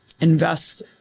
invest